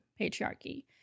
patriarchy